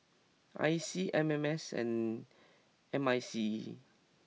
I C M M S and M I C E